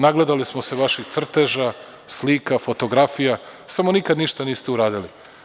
Nagledali smo se vaših crteža, slika, fotografija, samo nikad ništa niste uradili.